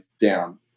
down